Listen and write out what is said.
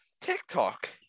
TikTok